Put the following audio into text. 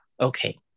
okay